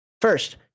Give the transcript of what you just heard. First